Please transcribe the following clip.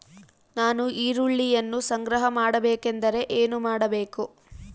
ನಾನು ಈರುಳ್ಳಿಯನ್ನು ಸಂಗ್ರಹ ಮಾಡಬೇಕೆಂದರೆ ಏನು ಮಾಡಬೇಕು?